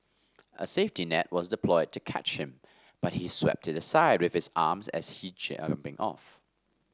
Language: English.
a safety net was deployed to catch him but he swept it aside with his arms as he jumping off